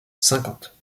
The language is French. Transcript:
cinquante